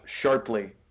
sharply